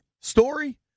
story